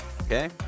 Okay